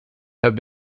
have